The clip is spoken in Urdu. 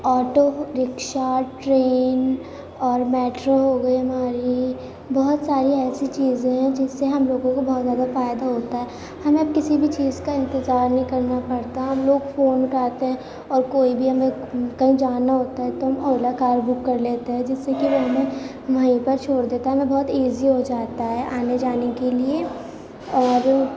آٹو رکشا ٹرین اور میٹرو ہوگئی ہماری بہت ساری ایسی چیزیں ہیں جس سے ہم لوگوں کو بہت زیادہ فائدہ ہوتا ہے ہمیں اب کسی بھی چیز کا انتطار نہیں کرنا پڑتا ہم لوگ فون اٹھاتے ہیں اور کوئی بھی ہمیں کہیں جانا ہوتا ہے تو ہم اولا کار بک کر لیتے ہیں جس سے کہ وہ ہمیں وہیں پر چھوڑ دیتا ہے ہمیں بہت ایزی ہو جاتا ہے آنے جانے کے لیے اور